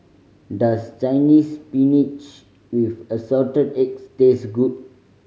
does Chinese Spinach with Assorted Eggs taste good